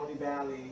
Valley